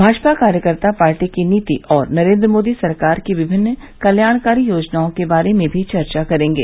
भाजपा कार्यकर्ता पार्टी की नीति और नरेन्द्र मोदी सरकार की विभिन्न कल्याणकारी योजनाओं के बारे में भी चर्चा करेंगे